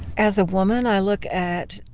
as a woman i look at.